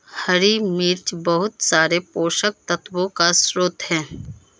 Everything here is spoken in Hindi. हरी मिर्च बहुत सारे पोषक तत्वों का स्रोत है